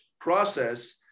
process